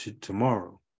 tomorrow